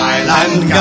Island